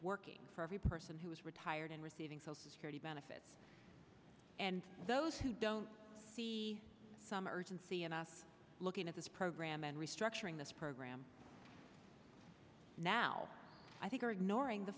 working for every person who is retired and receiving social security benefits and those who don't see some urgency and looking at this program and restructuring this program now i think are ignoring the